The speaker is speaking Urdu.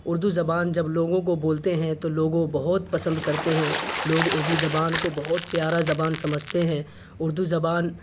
اردو زبان جب لوگوں کو بولتے ہیں تو لوگ بہت پسند کرتے ہیں لوگ اردو زبان کو بہت پیارا زبان سمجھتے ہیں اردو زبان